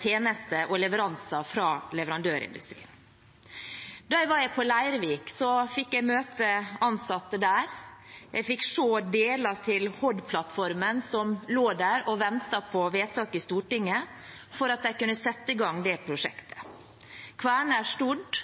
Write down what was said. tjenester og leveranser fra leverandørindustrien. Da jeg var på Leirvik, fikk jeg møte ansatte der. Jeg fikk se deler til Hod-plattformen. Man venter der på vedtak i Stortinget for at de kan sette i gang det prosjektet. Kværner Stord